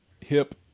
hip